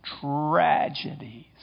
tragedies